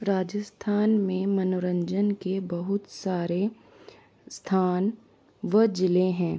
राजस्थान में मनोरंजन के बहुत सारे स्थान व ज़िले हैं